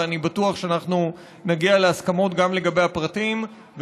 ואני בטוח שאנחנו נגיע להסכמות גם לגבי הפרטים.